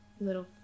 little